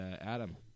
Adam